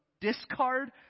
discard